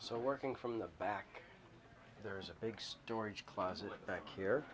so working from the back there's a big storage closet back here